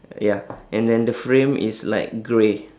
ya and then the frame is like grey